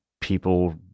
people